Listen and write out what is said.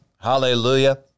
Hallelujah